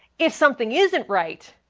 if something isn't right,